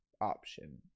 option